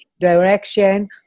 direction